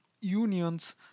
unions